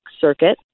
circuit